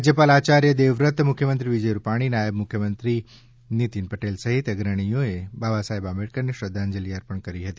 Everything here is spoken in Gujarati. રાજ્યપાલ આચાર્ય દેવવ્રત મુખ્યમંત્રી વિજય રૂપાણી નાયબ મુખ્યમંત્રી સહિત અગ્રણિઓએ બાબા સાહેબ આંબેડકરને શ્રંધ્ધાજલી અર્પણ કરવામાં આવી હતી